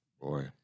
Boy